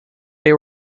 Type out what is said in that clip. they